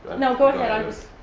no go ahead,